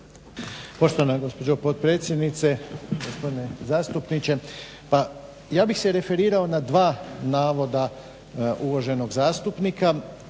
Poštovana gospođo potpredsjednice, gospodine zastupniče. Pa ja bih se referirao na dva navoda uvaženog zastupnika,